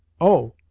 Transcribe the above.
Oh